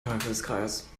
teufelskreis